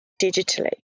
digitally